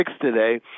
today